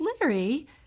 Larry